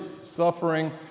suffering